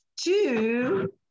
two